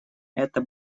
это